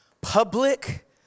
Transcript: Public